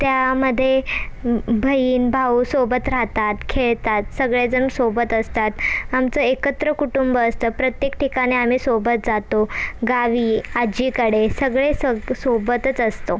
त्यामध्ये बहीण भाऊ सोबत राहतात खेळतात सगळेजण सोबत असतात आमचं एकत्र कुटुंब असतं प्रत्येक ठिकाणी आम्ही सोबत जातो गावी आजीकडे सगळे सोब सोबतच असतो